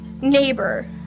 neighbor